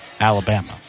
alabama